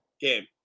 game